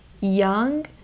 young